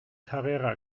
carrera